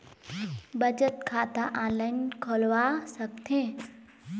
बचत खाता ऑनलाइन खोलवा सकथें?